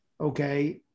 Okay